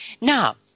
Now